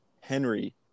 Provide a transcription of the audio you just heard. Henry